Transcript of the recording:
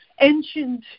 ancient